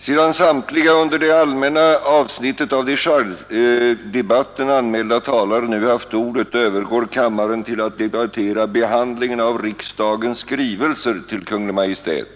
Sedan samtliga under det allmänna avsnittet i detta betänkande anmälda talare nu haft ordet, övergår kammaren till att debattera ”Behandlingen av riksdagens skrivelser till Kungl. Maj:t”.